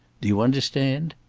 do you understand?